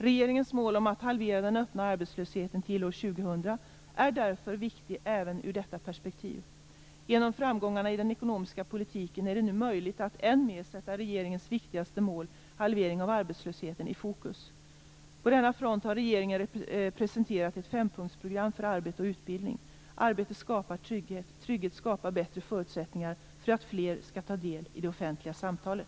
Regeringens mål att halvera den öppna arbetslösheten till år 2000 är därför viktig även ur detta perspektiv. Genom framgångarna i den ekonomiska politiken är det nu möjligt att än mer sätta regeringens viktigaste mål - halvering av arbetslösheten - i fokus. På denna front har regeringen presenterat ett fempunktsprogram för arbete och utbildning. Arbete skapar trygghet. Trygghet skapar bättre förutsättningar för fler att ta del i det offentliga samtalet.